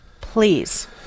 please